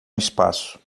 espaço